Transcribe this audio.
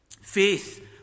Faith